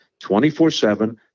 24-7